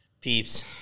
Peeps